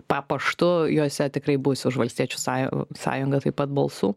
pa paštu juose tikrai bus už valstiečių sąjun sąjungą taip pat balsų